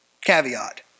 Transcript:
Caveat